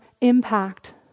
impact